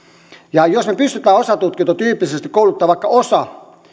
jos me pystymme osatutkintotyyppisesti kouluttamaan osan